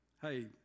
hey